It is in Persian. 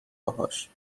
باهاش